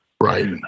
Right